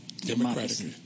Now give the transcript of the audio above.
Democratic